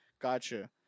Gotcha